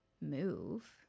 move